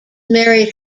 married